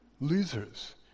losers